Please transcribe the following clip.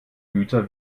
güter